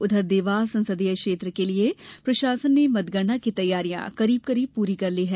उधर देवास संसदीय क्षेत्र के लिये प्रशासन ने मतगणना की तैयारियां करीब करीब पूरी कर ली है